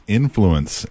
influence